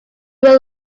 were